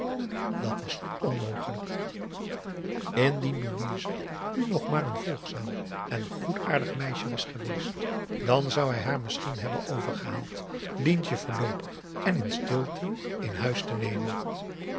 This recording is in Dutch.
dat was onmogelijk indien louise nu nog maar een volgzaam en goedaardig meisje was geweest dan zou hij haar misschien hebben overgehaald lientje voorloopig en in stilte in huis te nemen